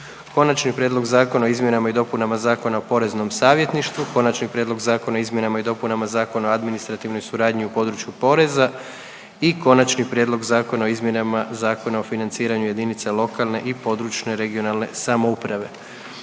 Konačni prijedlog Zakona o izmjenama i dopunama Zakona o poreznom savjetništvu, Konačni prijedlog Zakona o izmjenama i dopunama Zakona o administrativnoj suradnji u području poreza i Konačni prijedlog Zakona o izmjenama Zakona o financiranju jedinica lokalne i područne (regionalne) samouprave.